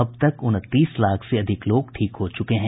अब तक उनतीस लाख से अधिक लोग ठीक हो चुके हैं